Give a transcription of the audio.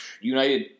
United